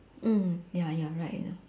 mm ya ya right uh